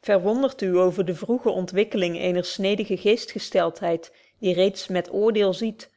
verwondert u over de vroege ontwikkeling eener snedige geestgesteltheid die reeds met oordeel ziet